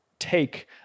take